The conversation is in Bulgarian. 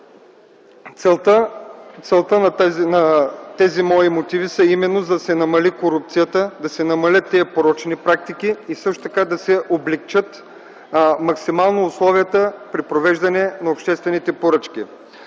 Целта в тези мои мотиви е именно да се намали корупцията, да се намалят порочните практики и да се облекчат максимално условията при провеждането на обществени поръчки.